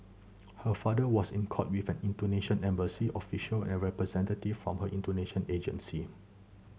her father was in court with an Indonesian embassy official and a representative from her Indonesian agency